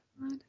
God